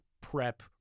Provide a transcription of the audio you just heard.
prep